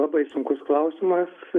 labai sunkus klausimas